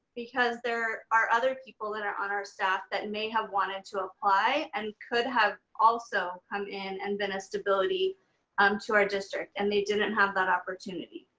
because there are other people that are on our staff that may have wanted to apply and could have also come in and been a stability um to our district and they didn't have that opportunity.